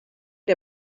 der